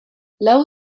leu